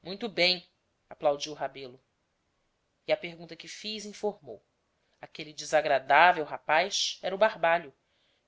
muito bem aplaudiu rebelo e à pergunta que fiz informou aquele desagradável rapaz era o barbalho